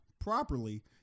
properly